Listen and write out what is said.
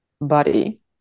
body